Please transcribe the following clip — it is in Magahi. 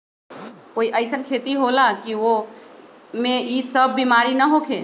कोई अईसन खेती होला की वो में ई सब बीमारी न होखे?